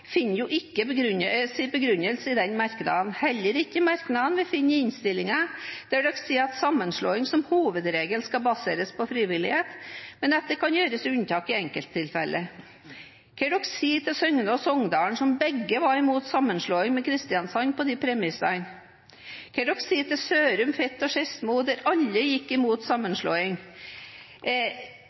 finner jo ikke sin begrunnelse i den merknaden – heller ikke i merknaden vi finner i innstillingen, der de sier at sammenslåing som hovedregel skal baseres på frivillighet, men at det kan gjøres unntak i enkelttilfeller. Hva sier de til Søgne og Songdalen, som begge var imot sammenslåing med Kristiansand på disse premissene? Hva sier de til Sørum, Fet og Skedsmo, der alle gikk imot sammenslåing?